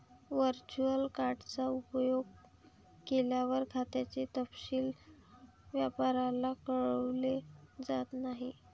virtual card चा उपयोग केल्यावर, खात्याचे तपशील व्यापाऱ्याला कळवले जात नाहीत